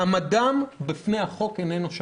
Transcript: מעמדם בפני החוק איננו שווה.